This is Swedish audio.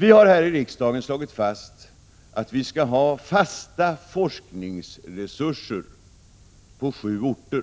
Vi har här i riksdagen slagit fast att vi skall ha fasta forskningsresurser på sju orter,